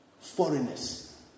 foreigners